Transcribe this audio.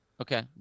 Okay